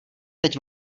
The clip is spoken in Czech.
teď